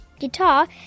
guitar